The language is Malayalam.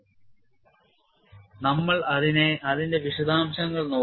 Maximum principal stress criterion നമ്മൾ അതിന്റെ വിശദാംശങ്ങൾ നോക്കുന്നു